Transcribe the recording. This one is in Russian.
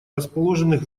расположенных